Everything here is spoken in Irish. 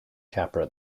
ceapaire